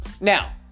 Now